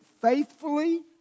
faithfully